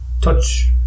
touch